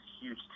Huge